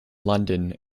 london